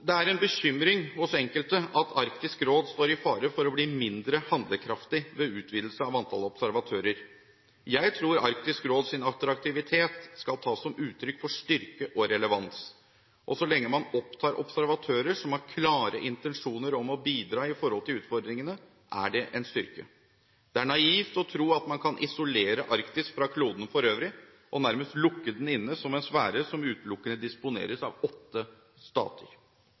Det er en bekymring hos enkelte at Arktisk råd står i fare for å bli mindre handlekraftig ved utvidelse av antall observatører. Jeg tror Arktisk råds attraktivitet skal tas som styrke og relevans, og så lenge man opptar observatører som har klare intensjoner om å bidra i forhold til utfordringene, er det en styrke. Det er naivt å tro at man kan isolere Arktis fra kloden for øvrig og nærmest lukke den inne som en sfære som utelukkende disponeres av åtte